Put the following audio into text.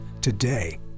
today